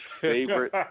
favorite